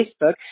Facebook